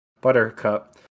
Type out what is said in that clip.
Buttercup